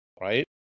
right